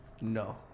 No